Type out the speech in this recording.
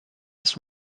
his